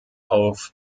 auf